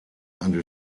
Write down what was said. under